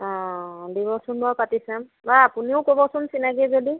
অঁ দিবচোন বাও পাতি চাম বাৰু আপুনিও ক'বচোন চিনাকী যদি